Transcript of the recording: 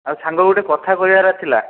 ଆଉ ସାଙ୍ଗ ଗୋଟେ କଥା କହିବାର ଥିଲା